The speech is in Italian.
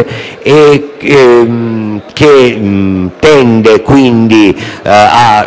essa tende quindi a